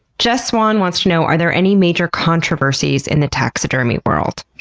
jess swann wants to know are there any major controversies in the taxidermy world?